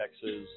Texas